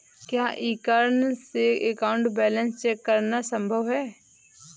क्या e corner से account balance check करना संभव है?